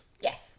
Yes